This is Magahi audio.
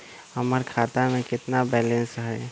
हमर खाता में केतना बैलेंस हई?